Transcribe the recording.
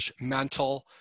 mental